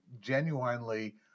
genuinely